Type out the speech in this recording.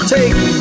Take